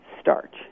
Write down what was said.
starch